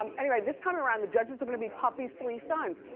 um anyway, this time around, the judges are gonna be puffy's three sons.